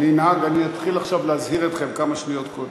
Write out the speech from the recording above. אני אתחיל עכשיו להזהיר אתכם כמה שניות קודם.